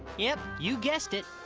yep, you guessed it.